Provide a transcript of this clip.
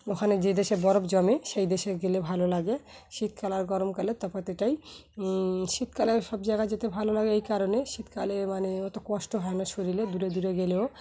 ওখানে যে দেশে বরফ জমে সেই দেশে গেলে ভালো লাগে শীতকাল আর গরমকালে তফাৎ এটাই শীতকালে সব জায়গায় যেতে ভালো লাগে এই কারণে শীতকালে মানে অত কষ্ট হয় না শরীরে দূরে দূরে গেলেও